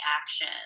action